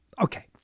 Okay